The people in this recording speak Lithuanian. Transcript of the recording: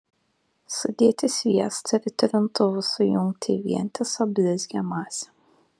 sudėti sviestą ir trintuvu sujungti į vientisą blizgią masę